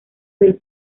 del